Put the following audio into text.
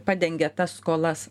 padengia tas skolas